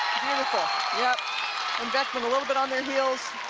beautiful yeah and beckman a little bit on their heels